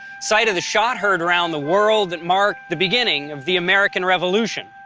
site of the shot heard round the world that marked the beginning of the american revolution.